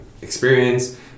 experience